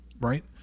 right